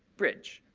bridge,